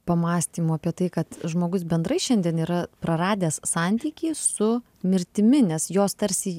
pamąstymų apie tai kad žmogus bendrai šiandien yra praradęs santykį su mirtimi nes jos tarsi